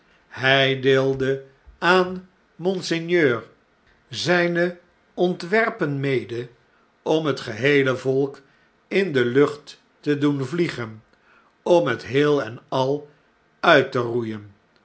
hy deelde aan monseigneur zjjne ontwerpen mede om het geheele volk in de lucht te doen vliegen om het heel en al uit te roeien